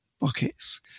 buckets